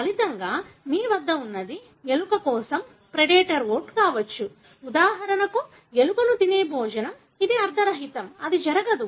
ఫలితంగా మీ వద్ద ఉన్నది ఎలుక కోసం ప్రెడేటర్ వోట్ కావచ్చు ఉదాహరణకు ఎలుకను తినే భోజనం ఇది అర్థరహితం అది జరగదు